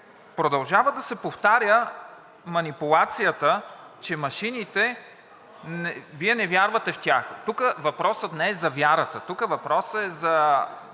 продължава да се повтаря манипулацията, че машините – Вие не вярвате в тях, въпросът не е за вярата, въпросът е –